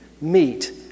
meet